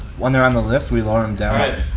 when they're on the lift, we lower them down.